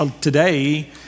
today